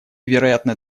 вероятно